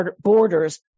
borders